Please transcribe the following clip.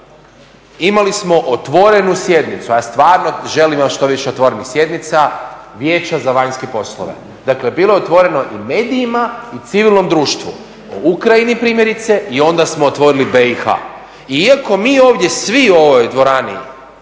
imali smo otvoreni sjednicu, a stvarno želimo što više otvorenih sjednica Vijeća za vanjske poslove. dakle bilo je otvoreno i medijima i civilnom društvu o Ukrajini primjerice i onda smo otvorili BiH. I iako mi svi ovdje u ovoj dvorani